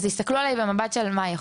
אבל אז יסתכלו עליי במבט שאומר: ״האם